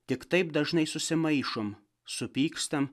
tik taip dažnai susimaišom supykstam